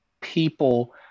people –